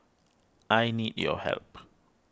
I need your help